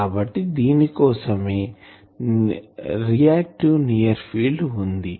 కాబట్టి దీని కోసమే రియాక్టివ్ ఫీల్డ్ వుంది